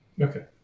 Okay